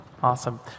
Awesome